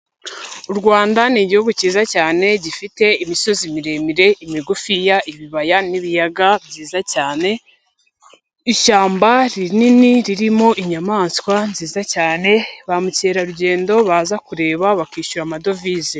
U Rwanda ni igihugu cyiza cyane gifite imisozi miremire, imigufi, ibibaya n'ibiyaga byiza cyane, ishyamba rinini ririmo inyamaswa nziza cyane, ba mukerarugendo baza kureba bakishyura amadovize.